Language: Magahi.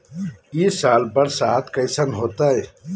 ई साल बरसात कैसन होतय?